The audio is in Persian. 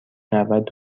نود